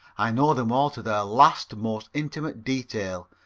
i know them all to their last most intimate detail.